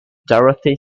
dorothy